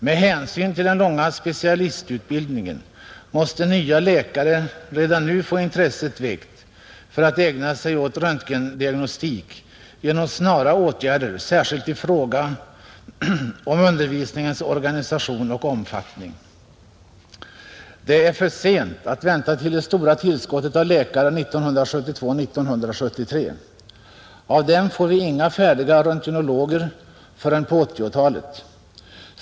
Med hänsyn till den långa specialistutbildningen måste nya läkare redan nu få intresse väckt för att ägna sig åt röntgendiagnostik genom snara åtgärder, särskilt i fråga om undervisningens organisation och omfattning. Det är för sent att vänta till dess vi får det stora tillskottet av läkare 1972-1973. Av dem får vi inga färdiga röntgenologer förrän på 1980-talet.